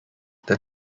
that